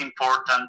important